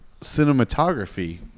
cinematography